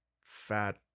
fat